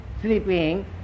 sleeping